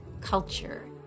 culture